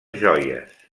joies